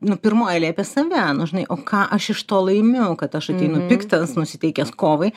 nu pirmoj eilėj apie save nu žinai o ką aš iš to laimiu kad aš ateinu piktas nusiteikęs kovai